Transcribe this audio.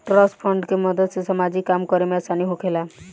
trust fund के मदद से सामाजिक काम करे में आसानी होखेला